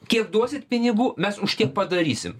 kiek duosit pinigų mes už tiek padarysim